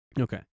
okay